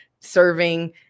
serving